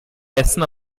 essen